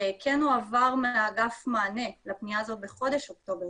וכן הועבר מהאגף מענה לפנייה הזאת בחודש אוקטובר,